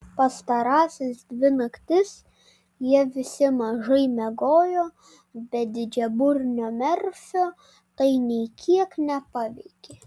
pastarąsias dvi naktis jie visi mažai miegojo bet didžiaburnio merfio tai nė kiek nepaveikė